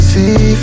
See